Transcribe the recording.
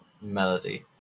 melody